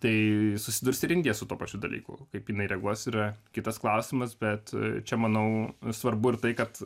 tai susidurs ringe su tuo pačiu dalyku kaip jinai reaguos yra kitas klausimas bet čia manau svarbu ir tai kad